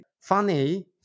funny